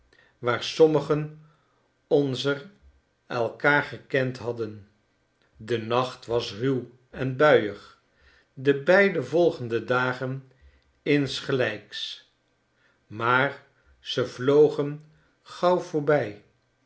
waar sommigen onzer elkaar gekend hadden de nacht was ruw en buiig de beide volgende dagen insgelijks maar ze vlogen gauw voorbij